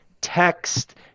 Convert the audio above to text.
text